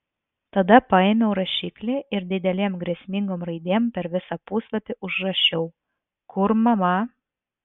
tada paėmiau rašiklį ir didelėm grėsmingom raidėm per visą puslapį užrašiau kur mama